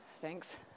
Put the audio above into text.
Thanks